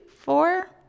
four